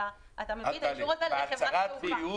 אלא אתה מביא את האישור הזה לחברת התעופה.